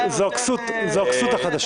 חדש...זו הכסות החדשה.